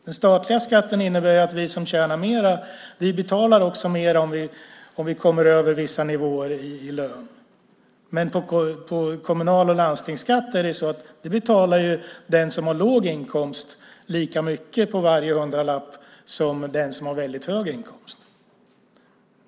Den statliga skatten innebär att vi som tjänar mer också betalar mer, om vi kommer över vissa nivåer i lön. Men när det gäller kommunal och landstingsskatt betalar ju den som har låg inkomst lika mycket på varje hundralapp som den som har väldigt hög inkomst.